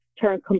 turn